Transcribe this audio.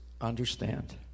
understand